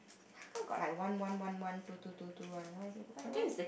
how come got like one one one one two two two two one why is it why why